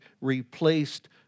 replaced